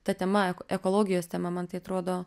ta tema ekologijos tema man tai atrodo